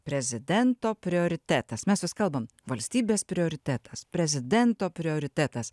prezidento prioritetas mes vis kalbam valstybės prioritetas prezidento prioritetas